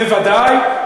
בוודאי.